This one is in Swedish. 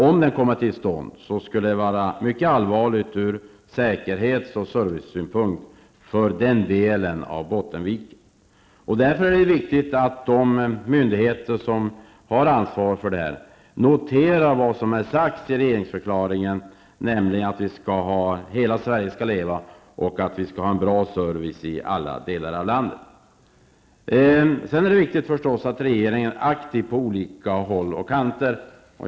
Om den kommer till stånd blir det allvarligt ur säkerhets och servicesynpunkt för den delen av Bottenviken. Därför är det viktigt att de myndigheter som ansvarar för dessa saker noterar vad som har sagts i regeringsförklaringen, nämligen att hela Sverige skall leva och att det skall vara en bra service i alla delar av landet. Det är naturligtvis viktigt att regeringen är aktiv på olika håll och kanter.